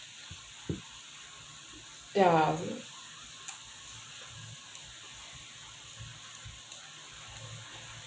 ya